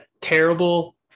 terrible